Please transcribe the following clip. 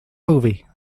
movie